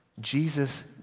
Jesus